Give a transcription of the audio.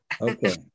Okay